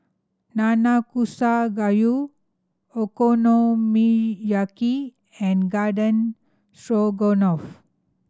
Nanakusa Gayu Okonomiyaki and Garden Stroganoff